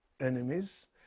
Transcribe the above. enemies